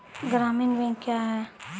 अग्रणी बैंक क्या हैं?